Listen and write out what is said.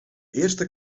eerste